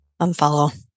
unfollow